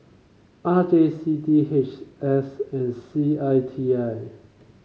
R J C D H S and C I T I